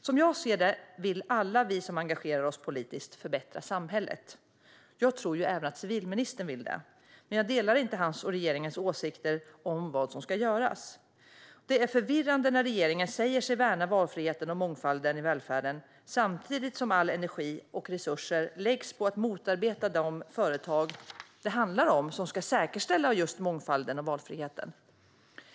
Som jag ser det vill alla vi som engagerar oss politiskt förbättra samhället. Jag tror ju även att civilministern vill det, men jag delar inte hans och regeringens åsikter om vad som ska göras. Det är förvirrande när regeringen säger sig värna valfriheten och mångfalden i välfärden, samtidigt som all energi och alla resurser läggs på att motarbeta de företag det handlar om som ska säkerställa just mångfalden och valfriheten.